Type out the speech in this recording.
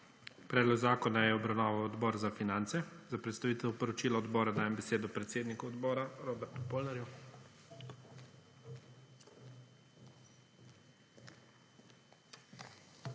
Predlog zakona je obravnaval Odbor za finance. Za predstavitev poročila Odbora dajem besedo predsedniku Odbora Robertu Polnarju.